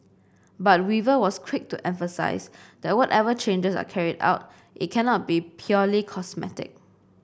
but Weaver was quick to emphasise that whatever changes are carried out it cannot be purely cosmetic